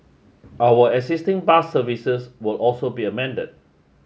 our existing bus services will also be amended